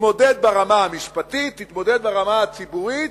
תתמודד ברמה המשפטית, תתמודד ברמה הציבורית,